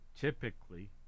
Typically